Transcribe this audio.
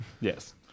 Yes